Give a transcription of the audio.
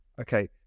Okay